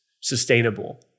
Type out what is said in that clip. sustainable